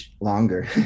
longer